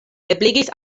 ebligis